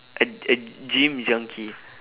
a a gym junkie